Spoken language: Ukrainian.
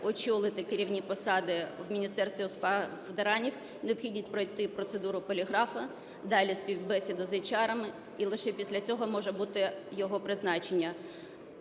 очолити керівні посади в Міністерстві у справах ветеранів, необхідність пройти процедуру поліграфу, далі співбесіда з ейчарами і лише після цього може бути його призначення.